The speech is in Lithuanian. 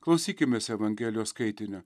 klausykimės evangelijos skaitinio